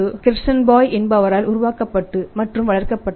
கெர்சன்பாய் என்பவரால் உருவாக்கப்பட்டு மற்றும் வளர்க்கப்பட்டது